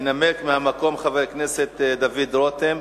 ינמק מהמקום חבר הכנסת דוד רותם,